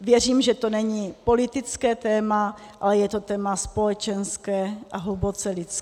Věřím, že to není politické téma, ale je to téma společenské a hluboce lidské.